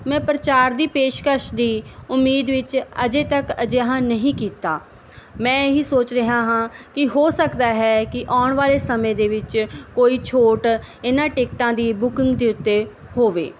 ਮੈਂ ਪ੍ਰਚਾਰ ਦੀ ਪੇਸ਼ਕਸ਼ ਦੀ ਉਮੀਦ ਵਿੱਚ ਅਜੇ ਤੱਕ ਅਜਿਹਾ ਨਹੀਂ ਕੀਤਾ ਮੈਂ ਇਹੀ ਸੋਚ ਰਿਹਾ ਹਾਂ ਕਿ ਹੋ ਸਕਦਾ ਹੈ ਕਿ ਆਉਣ ਵਾਲੇ ਸਮੇਂ ਦੇ ਵਿੱਚ ਕੋਈ ਛੋਟ ਇਹਨਾਂ ਟਿਕਟਾਂ ਦੀ ਬੁਕਿੰਗ ਦੇ ਉੱਤੇ ਹੋਵੇ